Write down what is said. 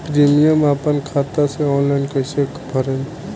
Premium अपना खाता से ऑनलाइन कईसे भरेम?